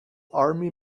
army